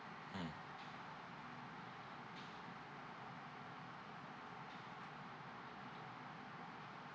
mm